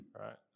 right